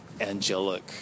angelic